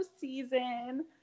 season